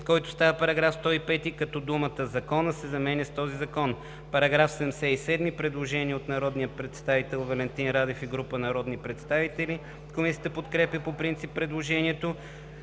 който става § 105 като думата „закона“ се заменя с „този закон“. По параграф 77 има предложение на народния представител Валентин Радев и група народни представители. Комисията подкрепя по принцип предложението.